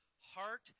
heart